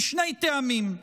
משני טעמים: